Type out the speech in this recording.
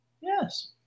Yes